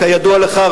כידוע לך,